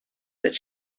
that